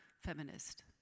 feminist